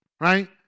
Right